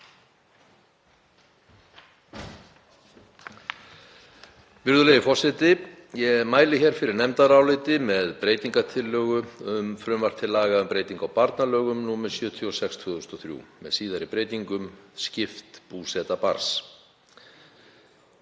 Virðulegi forseti. Ég mæli hér fyrir nefndaráliti með breytingartillögu um frumvarp til laga um breytingu á barnalögum, nr. 76/2003, með síðari breytingum, um skipta búsetu barns.